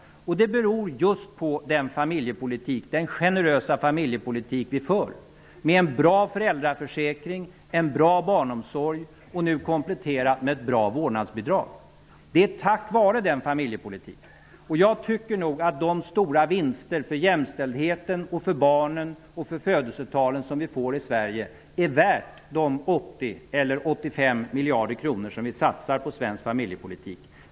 Det beror just på den generösa familjepolitik vi för, med en bra föräldraförsäkring, en bra barnomsorg nu kompletterad med ett bra vårdnadsbidrag. Det är tack vare den familjepolitiken. Jag tycker att de stora vinster för jämställdheten, barnen och födelsetalen som vi får i Sveige är värda de 80 eller 85 miljarder kronor som vi satsar på svensk familjepolitik.